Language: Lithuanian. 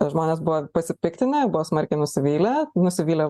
žmonės buvo pasipiktinę buvo smarkiai nusivylę nusivylę